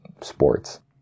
sports